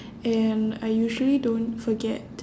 and I usually don't forget